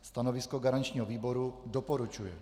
Stanovisko garančního výboru: doporučuje.